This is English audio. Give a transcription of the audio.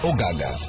Ogaga